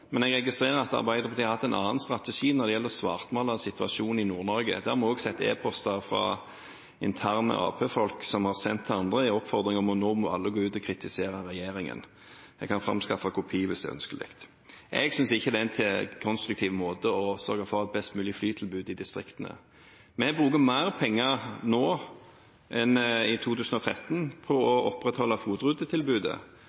men jeg registrerer at Arbeiderpartiet har hatt en annen strategi for å svartmale situasjonen i Nord-Norge. Det har vi også sett i interne e-poster fra arbeiderpartifolk, med oppfordringer til andre om at nå må alle gå ut og kritisere regjeringen. Jeg kan framskaffe kopi, hvis det er ønskelig. Jeg synes ikke det er en konstruktiv måte å sørge for et best mulig flytilbud i distriktene på. Vi bruker mer penger nå enn i 2013 på